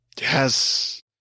Yes